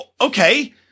okay